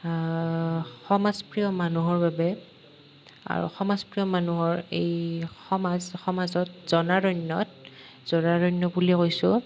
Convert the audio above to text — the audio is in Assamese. সমাজপ্ৰিয় মানুহৰ বাবে আৰু সমাজপ্ৰিয় মানুহৰ এই সমাজ সমাজত জনাৰণ্যত জনাৰণ্য বুলিয়েই কৈছোঁ